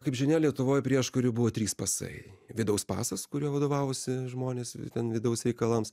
kaip žinia lietuvoj prieškariu buvo trys pasai vidaus pasas kuriuo vadovavosi žmonės ten vidaus reikalams